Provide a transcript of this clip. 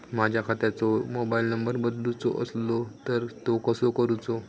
माझ्या खात्याचो mobile number बदलुचो असलो तर तो कसो करूचो?